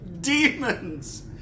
demons